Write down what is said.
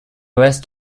rest